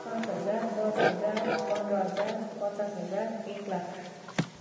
पाँच हजार दस हजार पन्ध्र हजार पचास हजार एक लाख